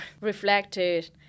reflected